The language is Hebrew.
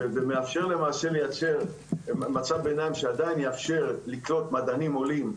ותאפשר למעשה לייצר מצב ביניים שאדם יאפשר לקלוט מדענים עולים,